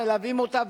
מלווים אותה,